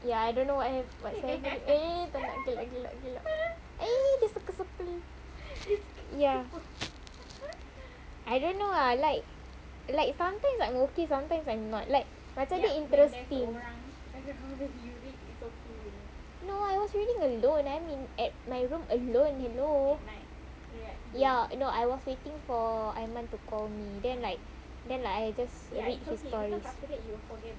ya I don't know eh tak nak gelak gelak gelak ya I don't know lah like like sometimes I'm okay sometimes I'm not like macam dia interesting no I was reading alone I'm in at my room alone hello ya no I was waiting for aiman to call me then like then like I just read his stories